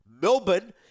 Melbourne